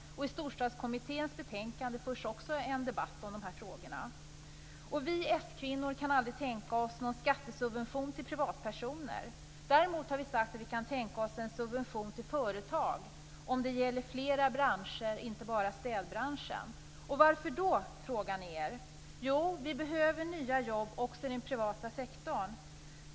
Också i Storstadskommitténs betänkande förs en debatt om de här frågorna. Vi s-kvinnor kan aldrig tänka oss någon skattesubvention till privatpersoner. Däremot har vi sagt att vi kan tänka oss en subvention till företag om det gäller flera branscher, inte bara städbranschen. Varför då? frågar ni er. Jo, vi behöver nya jobb också i den privata sektorn.